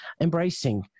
embracing